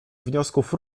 wniosków